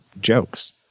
jokes